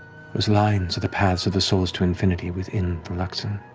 those lines are the paths of the souls to infinity within the luxon.